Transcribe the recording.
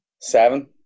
Seven